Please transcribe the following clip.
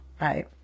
right